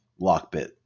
Lockbit